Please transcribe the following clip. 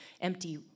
empty